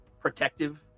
protective